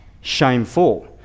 shameful